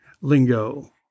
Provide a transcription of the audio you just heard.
lingo